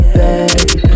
baby